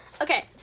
Okay